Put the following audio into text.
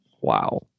wow